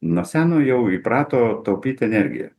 nuo seno jau įprato taupyt energiją